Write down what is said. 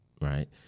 right